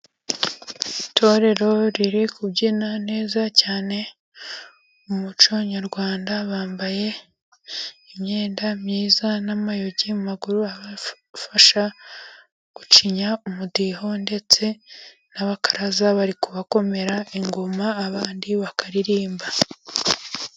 Itorero riri kubyina neza cyane mu muco nyarwanda, bambaye imyenda myiza n'amayugi mu maguru abafasha gucinya umudiho, ndetse n'abakaraza bari kubabakomera ingoma, abandi bakaririmba.